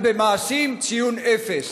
אבל במעשים, ציון אפס.